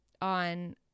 on